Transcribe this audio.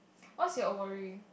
what's your worry